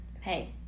Hey